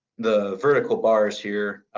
the vertical bars here,